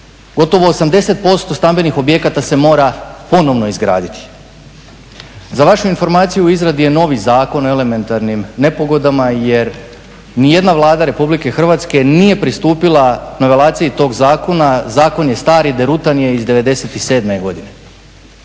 Gotovo 80% stambenih objekata se mora ponovo izgraditi. Za vašu informaciju u izradi je novi Zakon o elementarnim nepogodama jer nijedna Vlada RH nije pristupila nivelaciji tog zakona, zakon je stari, derutan je iz '97. godine.